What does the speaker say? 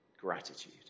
gratitude